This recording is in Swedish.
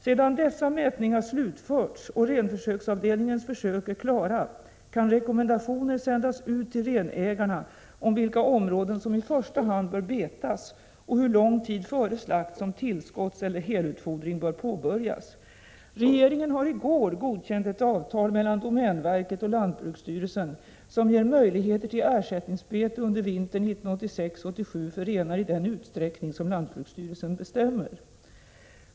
Sedan dessa mätningar slutförts och renförsöksavdelningens försök är klara, kan rekommendationer sändas ut till renägarna om vilka områden som i första hand bör betas och hur lång tid före slakt som tillskottseller helutfodring bör påbörjas. Regeringen har i går godkänt ett avtal mellan domänverket och lantbruksstyrelsen som ger möjligheter till ersättningsbete under vintern 1986/87 för renar i den utsträckning som lantbruksstyrelsen bestämmer.